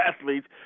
athletes